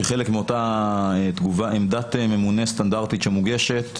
כחלק מאותה עמדת ממונה סטנדרטית שמוגשת,